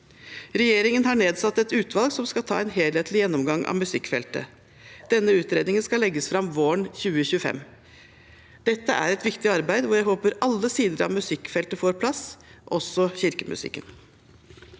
Regjeringen har nedsatt et utvalg som skal ta en helhetlig gjennomgang av musikkfeltet. Denne utredningen skal legges fram våren 2025. Dette er et viktig arbeid hvor jeg håper alle sider av musikkfeltet får plass, også kirkemusikken.